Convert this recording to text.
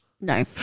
No